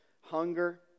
hunger